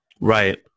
Right